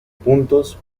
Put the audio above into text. puntos